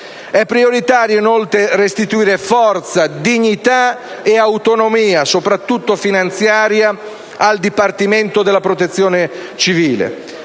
È prioritario, inoltre, restituire forza, dignità e autonomia, soprattutto finanziaria, al Dipartimento della protezione civile.